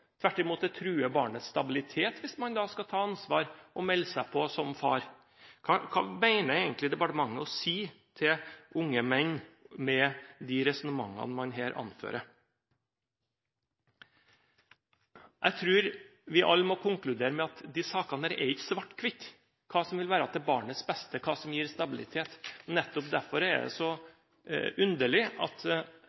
tvert imot truer barnets stabilitet hvis man skal ta ansvar og melde seg på som far? Hva mener egentlig departementet å si til unge menn med de resonnementene man her anfører? Jeg tror vi alle må konkludere med at disse sakene ikke er svart-hvitt – hva som vil være til barnets beste, og hva som gir stabilitet. Nettopp derfor er det så